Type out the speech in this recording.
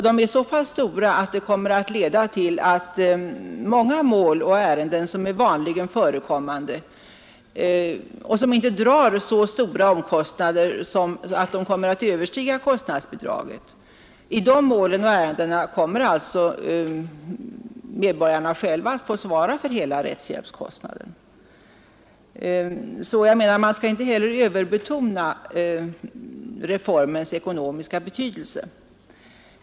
De är så stora att det leder till att i många mål och ärenden som är vanligen förekommande och som inte drar så stora omkostnader, att de överstiger kostnadsbidraget, kommer medborgarna själva att vara tvungna att svara för hela rättshjälpskostnaden. Jag menar att man därför inte heller bör överbetona reformens ekonomiska betydelse.